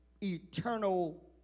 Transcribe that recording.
eternal